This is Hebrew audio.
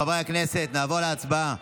חברי הכנסת, נעבור להצבעה.